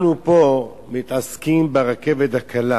אנחנו פה מתעסקים ברכבת הקלה